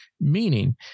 meaning